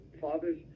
fathers